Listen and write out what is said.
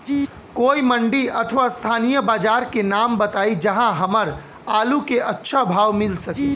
कोई मंडी अथवा स्थानीय बाजार के नाम बताई जहां हमर आलू के अच्छा भाव मिल सके?